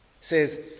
says